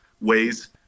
ways